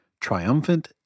triumphant